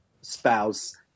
spouse